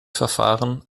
verfahren